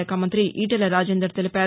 శాఖ మంతి ఈటెల రాజేందర్ తెలిపారు